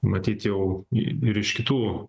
matyt jau i ir iš kitų